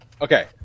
Okay